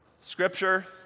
scripture